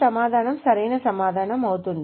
ఈ సమాధానం సరైన సమాధానం అవుతుంది